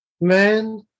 Man